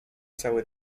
cały